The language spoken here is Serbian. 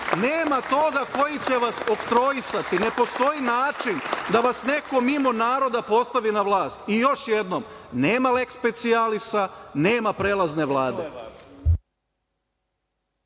nema toga koji će vas oktroisati, ne postoji način da vas neko mimo naroda postavi na vlast.I još jednom, nema leks specijalisa, nema prelazne Vlade.